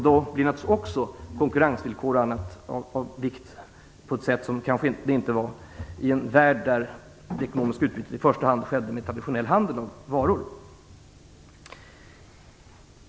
Då blir naturligtvis också exempelvis konkurrensvillkor av vikt på ett sätt som de kanske inte var i en värld där det ekonomiska utbytet i första hand skedde med traditionell handel med varor.